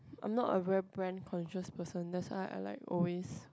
I'm not a very brand conscious person that's why I like always